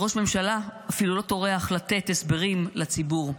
ראש הממשלה אפילו לא טורח לתת הסברים לציבור.